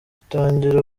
bitangira